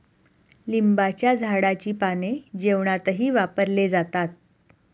लिंबाच्या झाडाची पाने जेवणातही वापरले जातात